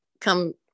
come